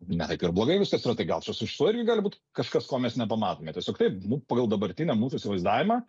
ne taip ir blogai viskas yra tai gal čia su šituo irgi gali būt kažkas ko mes nepamatome tiesiog taip nu pagal dabartinį mūsų įsivaizdavimą